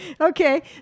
Okay